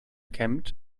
kämmt